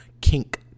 Kink